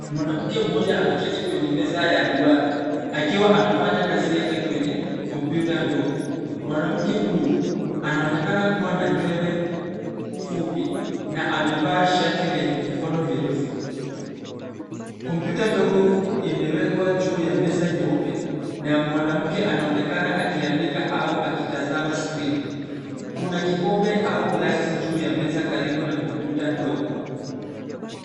Mwanamke mmoja ameketi kwenye meza ya duara akiwa anafanya kazi yake kwenye kompyuta ndogo. Mwanamke huyu, anaonekana kuwa na nywele fupi na amevaa shati lenye mikono mirefu. Kompyuta ndogo imewekwa juu ya meza nyeupe na mwanamke anaonekana akiandika au akitazama skrini. Kuna kikombe au glasi juu ya meza karibu na kompyuta ndogo.